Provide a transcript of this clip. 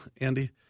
Andy